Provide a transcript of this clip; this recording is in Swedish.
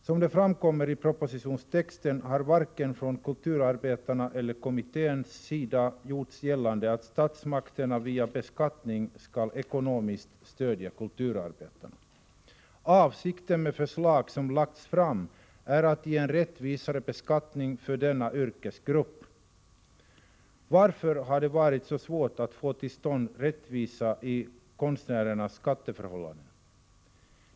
Som det framkommer i propositionstexten har det varken från kulturarbetarnas eller kommitténs sida gjorts gällande att statsmakterna via beskattningen skall ekonomiskt stödja kulturarbetarna. Avsikten med förslag som lagts fram är att ge en rättvisare beskattning för denna yrkesgrupp. Varför har det då varit så svårt att få till stånd rättvisa i konstnärernas skatteförhållanden?